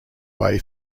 way